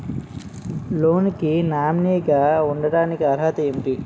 Loan కి nominee గా ఉండటానికి అర్హత ఏమిటి?